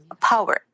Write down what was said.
power